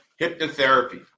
hypnotherapy